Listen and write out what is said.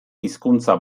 hizkuntza